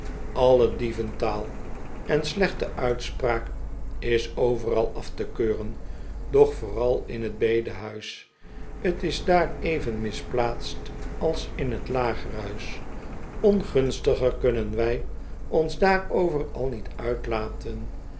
alle dieventaal en slechte uitspraak is overal af te keuren doch vooral in t bedehuis t is daar even misplaatst als in t lagerhuis ongunstiger kunnen wij ons daarover al niet uitlaten